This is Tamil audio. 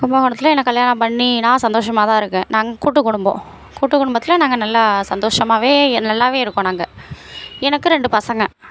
கும்பகோணத்தில் எனக்கு கல்யாணம் பண்ணி நான் சந்தோஷமாக தான் இருக்கேன் நாங்கள் கூட்டு குடும்பம் கூட்டு குடும்பத்தில் நாங்கள் நல்லா சந்தோஷமாகவே நல்லா இருக்கோம் நாங்கள் எனக்கு ரெண்டு பசங்க